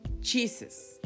Jesus